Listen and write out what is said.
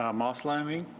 ah moss landing,